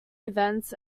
events